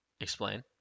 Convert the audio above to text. Explain